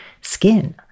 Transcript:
skin